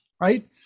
right